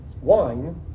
wine